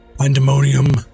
pandemonium